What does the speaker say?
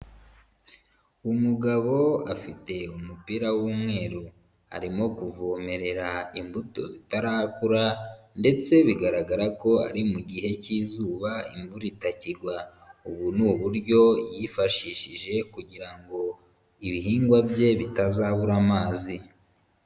Umugabo afite umupira w'umweru arimo kuvomerera imbuto zitarakura ndetse bigaragara ko ari mu gihe cy'izuba imvura itakigwa, ubu ni uburyo yifashishije kugira ngo ibihingwa bye bitazabura amazi.